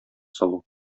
сылу